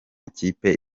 kipe